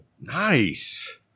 Nice